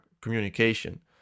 communication